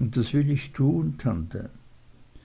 das will ich tun tante